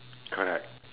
correct